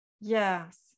Yes